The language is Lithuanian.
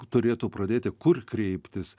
turėtų pradėti kur kreiptis